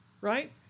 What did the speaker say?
right